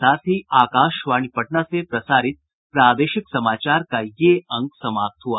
इसके साथ ही आकाशवाणी पटना से प्रसारित प्रादेशिक समाचार का ये अंक समाप्त हुआ